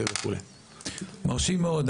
מרשים מאוד.